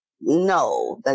no